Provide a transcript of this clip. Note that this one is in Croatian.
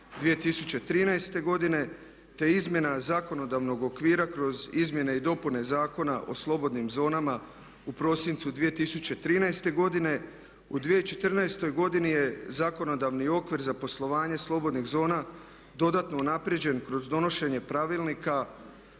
2013. godine, te izmjena zakonodavnog okvira kroz izmjene i dopune Zakona o slobodnim zonama u prosincu 2013. godine. U 2014. godini je zakonodavni okvir za poslovanje slobodnih zona dodatno unaprijeđen kroz donošenje Pravilnika